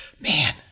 man